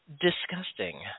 disgusting